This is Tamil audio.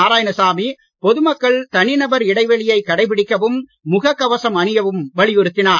நாராயணசாமி பொதுமக்கள் தனிநபர் இடைவெளியை கடைப்பிடிக்கவும் முகக் கவசம் அணியவும் வலியுறுத்தினார்